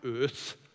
earth